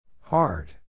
Hard